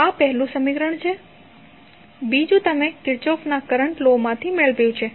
આ પહેલુ સમીકરણ છે બીજું તમે કિર્ચોફના કરન્ટ લોમાંથી મેળવ્યું છે